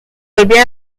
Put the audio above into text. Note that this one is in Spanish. volvía